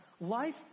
life